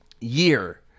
Year